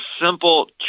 simple